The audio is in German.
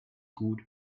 gut